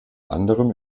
anderem